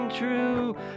True